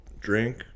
drink